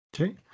Okay